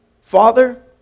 Father